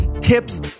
tips